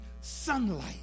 sunlight